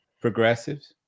progressives